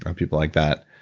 um people like that